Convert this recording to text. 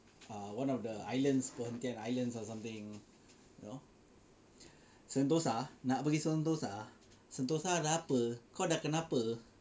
for one of the islands Perhentian islands or something you know Sentosa nak pergi Sentosa Sentosa ada apa kau dah kenapa